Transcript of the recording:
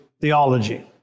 theology